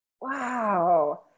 Wow